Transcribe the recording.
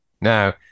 Now